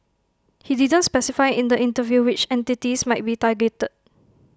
he didn't specify in the interview which entities might be targeted